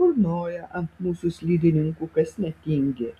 burnoja ant mūsų slidininkų kas netingi